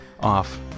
off